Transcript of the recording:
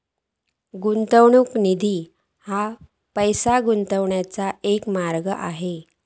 गुंतवणूक निधी ह्या पैसो गुंतवण्याचो एक मार्ग असा